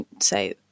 say